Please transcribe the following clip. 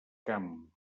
camp